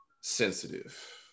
sensitive